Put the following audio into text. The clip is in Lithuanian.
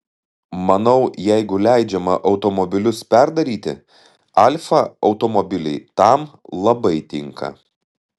manau jeigu leidžiama automobilius perdaryti alfa automobiliai tam labai tinka